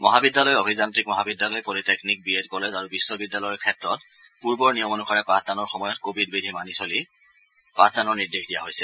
মহাবিদ্যালয় অভিযান্ত্ৰিক মহাবিদ্যালয় পলিটেকনিক বি এড কলেজ আৰু বিশ্ববিদ্যালয়ৰ ক্ষেত্ৰত পূৰ্বৰ নিয়ম অনুসাৰে পাঠদানৰ সময়ত কোৱিড বিধি মানি চলি পাঠদানৰ নিৰ্দেশ দিয়া হৈছে